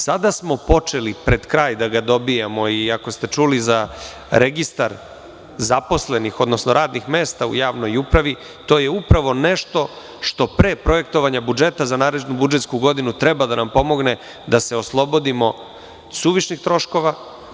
Sada smo počeli pred kraj da ga dobijamo i ako ste čuli za registar zaposlenih odnosno radnih mesta u javnoj upravi, to je upravo nešto što pre projektovanja budžeta za narednu budžetsku godinu treba da nam pomogne da se oslobodimo suvišnih troškova.